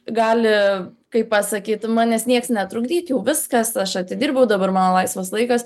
gali kaip pasakyt manęs nieks netrukdyt jau viskas aš atidirbau dabar man laisvas laikas